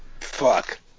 Fuck